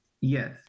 yes